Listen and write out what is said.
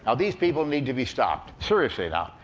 ah these people need to be stopped, seriously now.